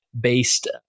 based